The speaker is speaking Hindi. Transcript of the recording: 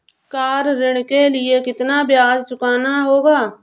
कार ऋण के लिए कितना ब्याज चुकाना होगा?